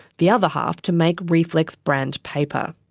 the other half to make reflex brand paper.